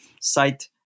site